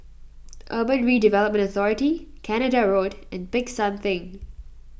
Urban Redevelopment Authority Canada Road and Peck San theng